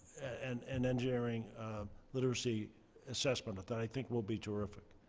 and and engineering literacy assessment. i think we'll be terrific.